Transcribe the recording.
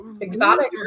exotic